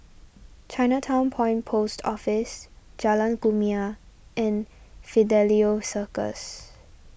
Chinatown Point Post Office Jalan Kumia and Fidelio Circus